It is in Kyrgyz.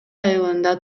айылында